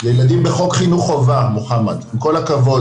כי הוא --- בחוק חינוך חובה, מוחמד, בכל הכבוד.